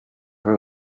her